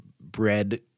bread